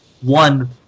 one